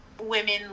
women